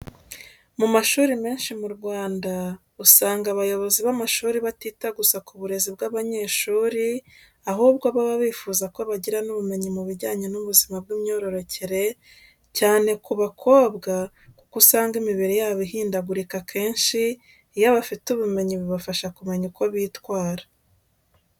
Mu mashuri menshi mu Rwanda, usanga abayobozi b'amashuri batita gusa ku burezi bw'abanyeshuri, ahubwo baba bifuza ko bagira n'ubumenyi mu bijyanye n'ubuzima bw'imyororokere, cyane ku bakobwa kuko usanga imibiri yabo ihindagurika kenshi, iyo bafite ubumenyi bibafasha kumenya uko bitwara.